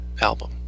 album